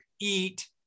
eat